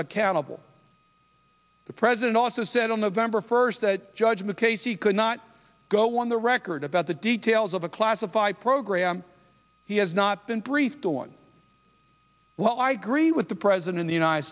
accountable the president also said on november first that judgment case he could not go on the record about the details of a classified program he has not been briefed on lo i agree with the present in the united